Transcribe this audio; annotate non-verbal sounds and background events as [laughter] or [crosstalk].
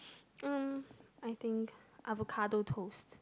[noise] mm I think avocado toast